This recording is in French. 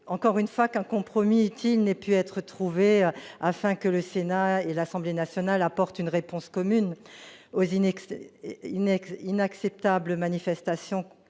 encore une fois qu'un compromis utile n'ait pu être trouvé afin que le Sénat et l'Assemblée nationale apportent une réponse commune aux inacceptables manifestations